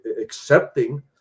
accepting